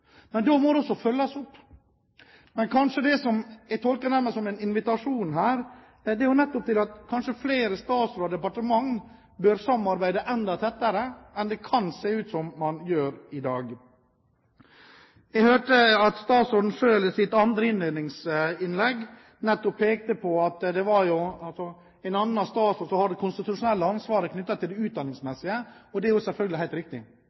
men da må det også følges opp. Det som jeg tolker nærmest som en invitasjon her, er nettopp det at flere statsråder og departementer bør samarbeide enda tettere enn det kan se ut som man gjør i dag. Jeg hørte at statsråden selv i sitt andre innlegg pekte på at det var en annen statsråd som hadde det konstitusjonelle ansvaret knyttet til det utdanningsmessige. Det er selvfølgelig helt riktig.